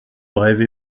brève